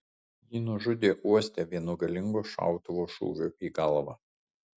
jį nužudė uoste vienu galingo šautuvo šūviu į galvą